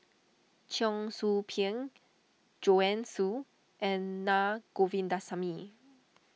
Cheong Soo Pieng Joanne Soo and Na Govindasamy